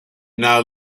now